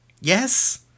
Yes